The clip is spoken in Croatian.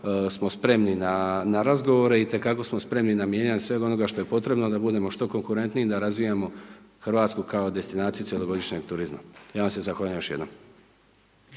smo spremni na razgovore itekako smo spremni na mijenjanje svega onoga što je potrebno da budemo što konkurentniji da razvijamo RH kao destinaciju cjelogodišnjeg turizma. Ja vam se zahvaljujem još jednom.